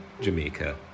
Jamaica